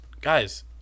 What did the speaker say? guys